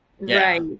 right